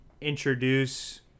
introduce